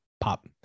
pop